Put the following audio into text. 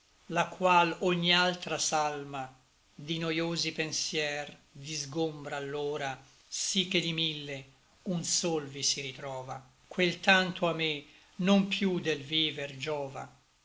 la qual ogni altra salma di noiosi pensier disgombra allora sí che di mille un sol vi si ritrova quel tanto a me non piú del viver giova